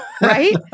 Right